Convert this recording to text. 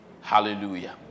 Hallelujah